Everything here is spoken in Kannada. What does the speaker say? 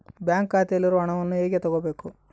ಬ್ಯಾಂಕ್ ಖಾತೆಯಲ್ಲಿರುವ ಹಣವನ್ನು ಹೇಗೆ ತಗೋಬೇಕು?